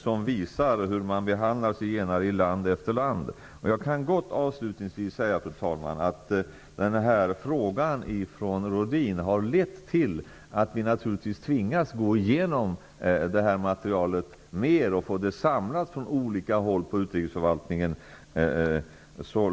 Den visar hur man har behandlat zigenare i land efter land. Jag kan avslutningsvis gott säga att denna fråga från Lennart Rohdin har lett till att vi naturligtvis tvingats gå igenom detta material noggrannare och få det samlat från olika håll på utrikesförvaltningen.